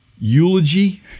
eulogy